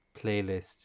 playlist